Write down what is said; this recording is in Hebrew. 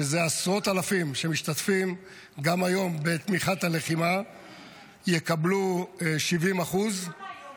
שזה עשרות אלפים שמשתתפים גם היום בתמיכת הלחימה יקבלו 70% .